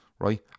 right